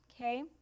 okay